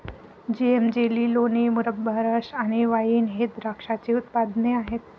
जेम, jelly, लोणी, मुरब्बा, रस आणि वाइन हे द्राक्षाचे उत्पादने आहेत